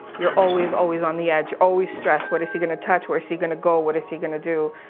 you're always, always on the edge, always stressed. what is he gonna touch? where is he gonna go? what is he gonna do?